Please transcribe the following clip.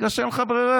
בגלל שאין לך ברירה,